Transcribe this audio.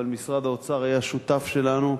אבל משרד האוצר היה שותף שלנו,